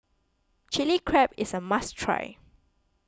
Chili Crab is a must try